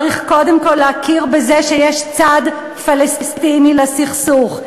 צריך קודם כול להכיר בזה שיש צד פלסטיני לסכסוך.